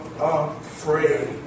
afraid